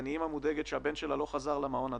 אני אימא מודאגת שהבן שלה לא חזר למעון עדיין.